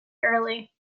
early